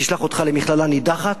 תשלח אותך למכללה נידחת,